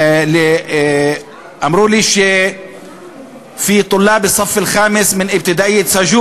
אמרו לי (אומר בערבית: שיש